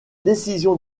décision